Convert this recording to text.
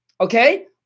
Okay